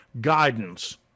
guidance